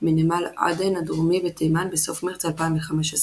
מנמל עדן הדרומי בתימן בסוף מרץ 2015,